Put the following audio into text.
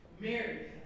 Mary